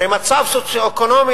הרי מצב סוציו-אקונומי,